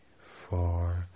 four